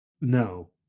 no